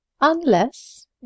Unless